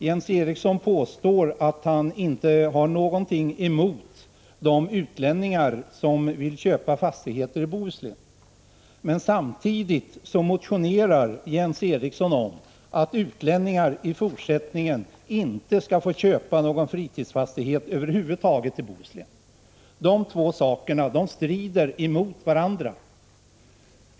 Jens Eriksson påstår att han inte har någonting emot de utlänningar som vill köpa fastigheter i Bohuslän, men samtidigt motionerar han om att utlänningar i fortsättningen inte skall få köpa någon fritidsfastighet över huvud taget i Bohuslän. De två sakerna strider mot varandra.